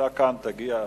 תגיע למקומך,